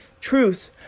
Truth